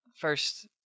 first